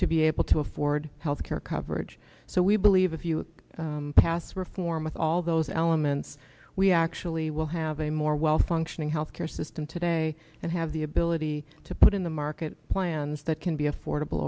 to be able to afford health care coverage so we believe if you pass reform with all those elements we actually will have a more well functioning health care system today and have the ability to put in the market plans that can be affordable